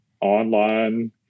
online